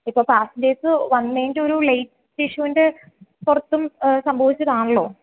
ഇപ്പോൾ പാസഞ്ചേഴ്സ് വന്നതിൻ്റെ ഒരു ലേറ്റ് ഇഷ്യുവിൻ്റെ പുറത്തും സംഭവിച്ചതാണല്ലോ